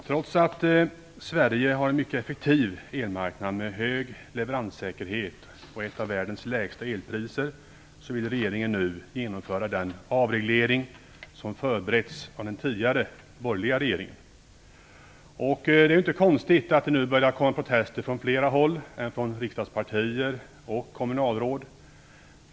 Herr talman! Trots att Sverige har en mycket effektiv elmarknad med hög leveranssäkerhet och ett av världens lägsta elpriser vill regeringen nu genomföra den avreglering som förberetts av den tidigare borgerliga regeringen. Det är inte konstigt att det nu börjar komma protester från flera håll än från riksdagspartier och kommunalråd.